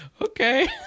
Okay